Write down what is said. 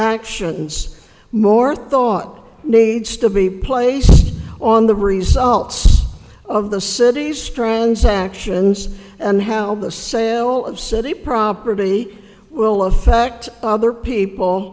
actions more thought needs to be placed on the results of the city's transactions and how the sale of city property will affect other people